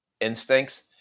instincts